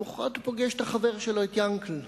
למחרת הוא פגש את החבר שלו, את יענקל,